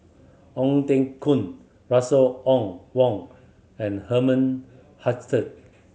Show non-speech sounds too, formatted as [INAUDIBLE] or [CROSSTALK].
Ong Teng Koon Russel [UNINTELLIGIBLE] Wong and Herman Hochstadt